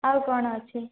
ଆଉ କ'ଣ ଅଛି